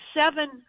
seven